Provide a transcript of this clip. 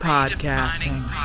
Podcasting